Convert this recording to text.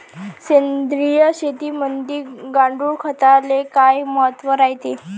सेंद्रिय शेतीमंदी गांडूळखताले काय महत्त्व रायते?